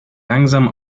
langsam